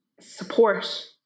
support